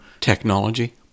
technology